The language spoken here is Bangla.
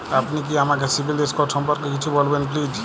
আপনি কি আমাকে সিবিল স্কোর সম্পর্কে কিছু বলবেন প্লিজ?